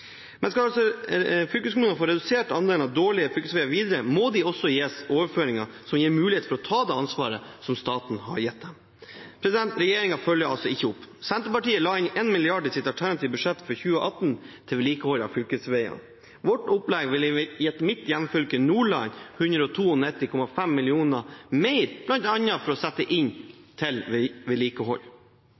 Men skal fylkeskommunene få redusert andelen av dårlige fylkesveier videre, må de også gis overføringer som gir mulighet for å ta det ansvaret som staten har gitt dem. Regjeringen følger altså ikke opp. Senterpartiet la inn 1 mrd. kr i sitt alternative budsjett for 2018 til vedlikehold av fylkesveiene. Vårt opplegg ville gitt mitt hjemfylke, Nordland, 192,5 mill. kr mer bl.a. til å sette inn i veivedlikehold.